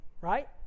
right